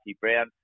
Brown